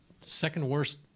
second-worst